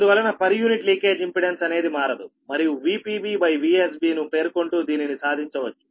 అందువలన per unit leakage impedance అనేది మారదు మరియు VpBVsBను పేర్కొంటూ దీనిని సాధించవచ్చు